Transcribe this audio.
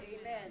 Amen